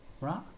Right